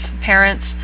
parents